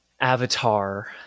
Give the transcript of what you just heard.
avatar